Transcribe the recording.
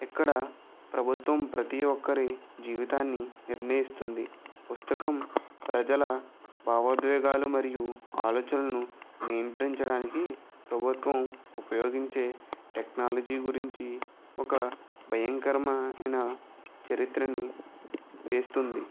ఇక్కడ ప్రభుత్వం ప్రతీ ఒక్కరి జీవితాన్ని నిర్ణయిస్తుంది పుస్తకం ప్రజల భావోద్వేగాలు మరియు ఆలోచనలను నియంత్రించడానికి ప్రభుత్వం ఉపయోగించే టెక్నాలజీ గురించి ఒక భయంకరమైన చరిత్రని వేస్తుంది